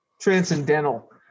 transcendental